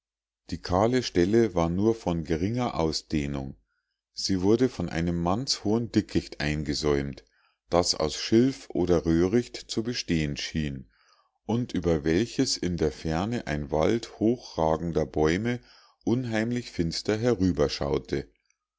die kahle stelle war nur von geringer ausdehnung sie wurde von einem mannshohen dickicht eingesäumt das aus schilf oder röhricht zu bestehen schien und über welches in der ferne ein wald hochragender bäume unheimlich finster